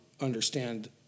understand